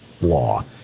law